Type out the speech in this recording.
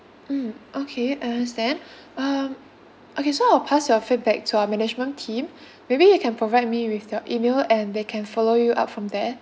mm okay I understand um okay so I'll pass your feedback to our management team maybe you can provide me with your email and they can follow you up from there